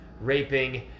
raping